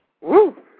Woo